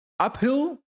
Uphill